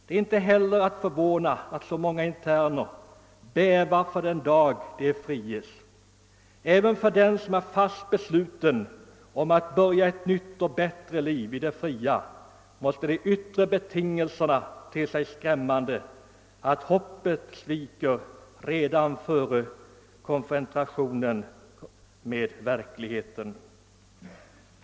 Det är heller inte förvånande att så många interner bävar för den dag de skall friges. Även för den som är fast besluten att börja ett nytt och bättre liv i det fria måste de yttre betingelserna te sig så skrämmande, att hoppet sviker redan före konfrontationen med verklighten.